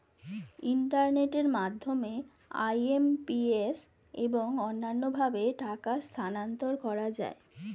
ইন্টারনেটের মাধ্যমে আই.এম.পি.এস এবং অন্যান্য ভাবে টাকা স্থানান্তর করা যায়